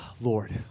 Lord